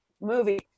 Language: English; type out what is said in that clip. movie